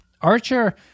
Archer